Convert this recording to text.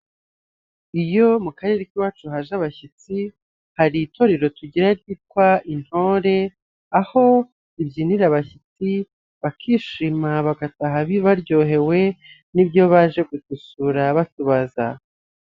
Iyo mu karere k'iwacu haje abashyitsi hari itorero tugira ryitwa Intore aho ribyinira abashyitsi bakishima bagataha baryohewe n'ibyo baje kugusura batubaza.